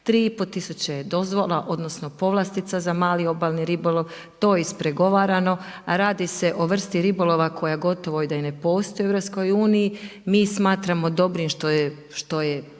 pol tisuće je dozvola, odnosno povlastica za mali obalni ribolov. To je ispregovarano, a radi se o vrsti ribolova koja gotovo da i ne postoji u EU. Mi smatramo dobrim što je,